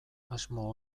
asmo